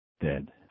dead